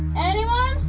anyone?